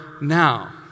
now